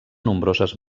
nombroses